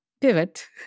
pivot